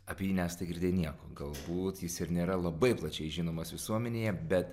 apie jį nesate girdėję nieko galbūt jis ir nėra labai plačiai žinomas visuomenėje bet